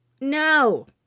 no